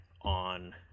on